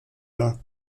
war